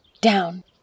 Down